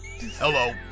Hello